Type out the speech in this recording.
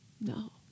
No